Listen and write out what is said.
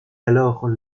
alors